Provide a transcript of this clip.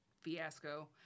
fiasco